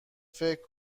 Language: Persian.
فکر